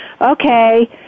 okay